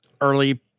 early